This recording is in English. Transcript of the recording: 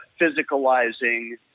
physicalizing